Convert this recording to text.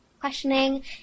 questioning